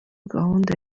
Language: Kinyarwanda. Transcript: gahunda